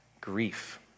grief